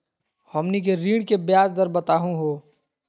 हमनी के ऋण के ब्याज दर बताहु हो?